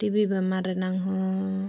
TV ᱵᱮᱢᱟᱨ ᱨᱮᱱᱟᱜ ᱦᱚᱸ